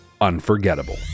Unforgettable